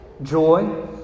Joy